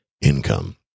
income